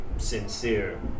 Sincere